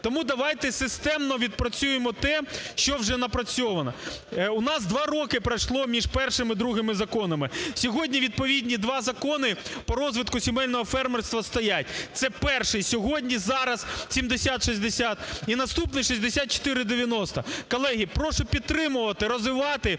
Тому давайте системно відпрацюємо те, що вже напрацьовано. У нас два роки пройшло між першим і другим законами. Сьогодні відповідні два закони по розвитку сімейного фермерства стоять, це перший сьогодні, зараз 7060 і наступний 6490. Колеги, прошу підтримувати, розвивати